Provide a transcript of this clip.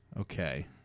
Okay